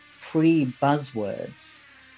pre-buzzwords